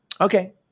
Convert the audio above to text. okay